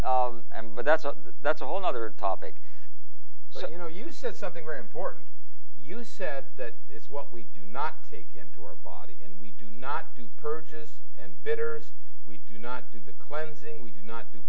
but that's a that's a whole nother topic so you know you said something very important you said that it's what we do not take into our body and we do not do purges and bitters we do not do the cleansing we do not do